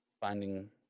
finding